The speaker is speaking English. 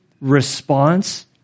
response